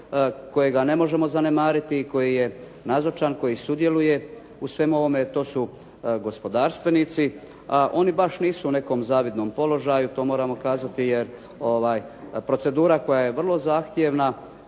kojega ne možemo zanemariti i koji je nazočan i koji sudjeluje u svemu ovome, to su gospodarstvenici, a oni baš nisu u nekom zavidnom položaju, to moramo kazati jer procedura koja je vrlo zahtjevna